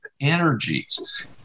energies